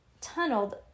tunneled